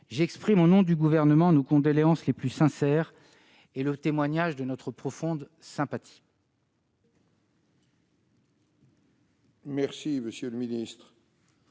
j'exprime, au nom du Gouvernement, nos condoléances les plus sincères et le témoignage de notre profonde sympathie.